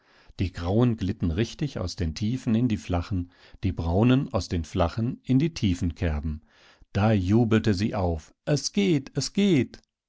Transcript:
die grauen glitten richtig aus den tiefen in die flachen die braunen aus den flachen in die tiefen kerben da jubelte sie auf es geht es geht